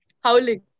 howling